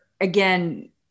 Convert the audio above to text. again